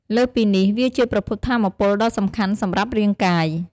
លើសពីនេះ វាជាប្រភពថាមពលដ៏សំខាន់សម្រាប់រាងកាយ។